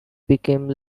became